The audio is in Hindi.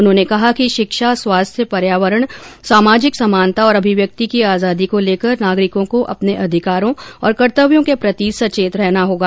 उन्होंने कहा कि शिक्षा स्वास्थ्य पर्यावरण सामाजिक समानता और अभिव्यक्ति की आजादी को लेकर नागरिकों को अपने अधिकारों और कर्तव्यों के प्रति सचेत रहना होगा